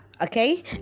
okay